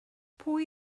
pwy